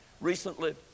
Recently